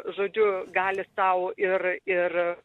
žodžiu gali sau ir ir